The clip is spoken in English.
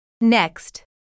Next